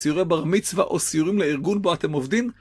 סיורי בר מצווה או סיורים לארגון בו אתם עובדים